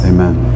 Amen